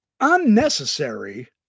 unnecessary